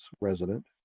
resident